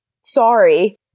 sorry